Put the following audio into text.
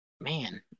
man